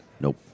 Nope